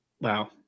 Wow